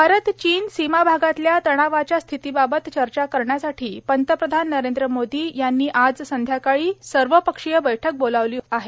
भारत चीन सीमा भागातल्या तणावाच्या स्थितीबाबत चर्चा करण्यासाठी पंतप्रधान नरेंद्र मोदी यांनी आज संध्याकाळी पाच वाजता सर्वपक्षीय बैठक बोलावली आहे